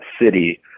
city